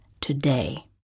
today